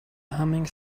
humming